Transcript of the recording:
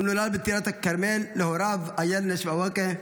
הוא נולד בטירת כרמל להוריו איילנש ואווקה.